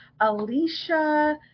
Alicia